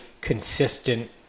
consistent